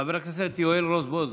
חבר הכנסת יואל רזבוזוב,